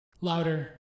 louder